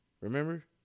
Remember